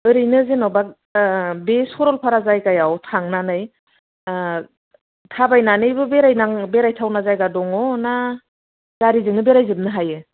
ओरैनो जेन'बा बे सरलपारा जायगायाव थांनानै थाबायनानैबो बेरायथावना जायगा दङ ना गारिजोंनो बेरायजोबनो हायो